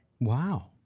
Wow